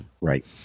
Right